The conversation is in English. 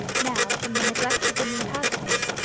now, from the neglect of the new housemaid,